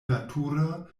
natura